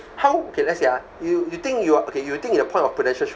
how okay let's say ah you you think you are okay you think in the point of prudential shoe